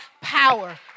power